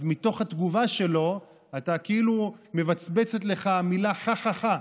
אז מתוך התגובה שלו כאילו מבצבצת לך המילה: חחח,